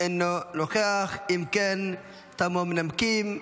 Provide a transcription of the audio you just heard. אינו נוכח, אם כן, תמו המנמקים.